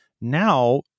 now